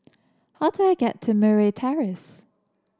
how do I get to Murray Terrace